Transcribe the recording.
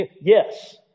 Yes